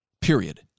Period